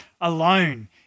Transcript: alone